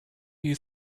you